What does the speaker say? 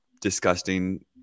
disgusting